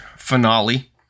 finale